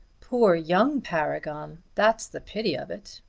poor young paragon! that's the pity of it,